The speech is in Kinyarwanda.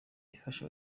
ifasha